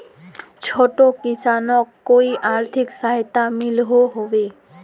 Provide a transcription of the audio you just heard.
छोटो किसानोक कोई आर्थिक सहायता मिलोहो होबे?